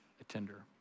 attender